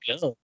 go